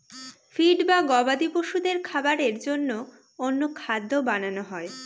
feed বা গবাদি পশুদের খাবারের জন্য অন্য খাদ্য বানানো হয়